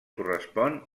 correspon